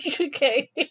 Okay